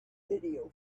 video